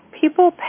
people